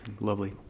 Lovely